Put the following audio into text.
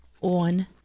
on